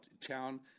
town